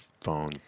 phone